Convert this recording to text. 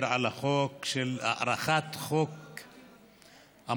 אין לי "דעה אחרת", ידידי.